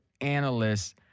analysts